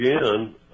again